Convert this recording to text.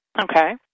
Okay